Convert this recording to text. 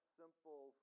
simple